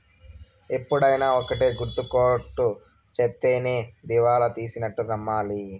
ఎప్పుడైనా ఒక్కటే గుర్తు కోర్ట్ సెప్తేనే దివాళా తీసినట్టు నమ్మాలి